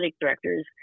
directors